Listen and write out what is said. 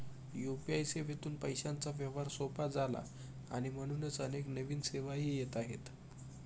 UPI सेवेतून पैशांचा व्यवहार सोपा झाला आणि म्हणूनच अनेक नवीन सेवाही येत आहेत